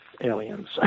aliens